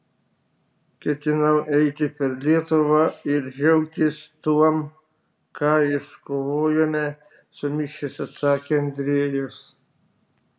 ketinau eiti per lietuvą ir džiaugtis tuom ką iškovojome sumišęs atsakė andriejus